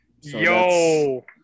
Yo